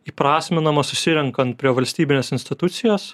įprasminamas susirenkant prie valstybinės institucijos